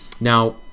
Now